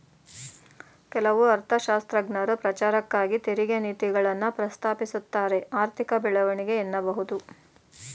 ಕೆಲವು ಅರ್ಥಶಾಸ್ತ್ರಜ್ಞರು ಪ್ರಚಾರಕ್ಕಾಗಿ ತೆರಿಗೆ ನೀತಿಗಳನ್ನ ಪ್ರಸ್ತಾಪಿಸುತ್ತಾರೆಆರ್ಥಿಕ ಬೆಳವಣಿಗೆ ಎನ್ನಬಹುದು